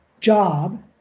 job